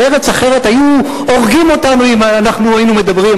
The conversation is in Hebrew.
בארץ אחרת היו הורגים אותנו אם אנחנו היינו מדברים,